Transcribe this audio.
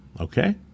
Okay